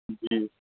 जी